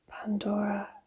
Pandora